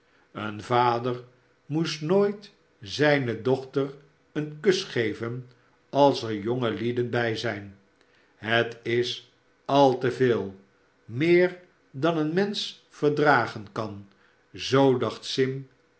een vader moest nooit zijne dochter een kus geven als erjonge lieden bij zijn het is al te veel meer dan een mensch verdragen kan zoo dacht sim